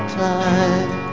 time